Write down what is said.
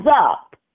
up